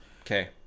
Okay